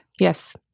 Yes